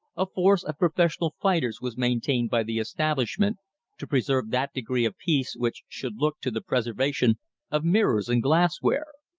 a force of professional fighters was maintained by the establishment to preserve that degree of peace which should look to the preservation of mirrors and glassware.